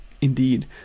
indeed